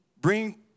bring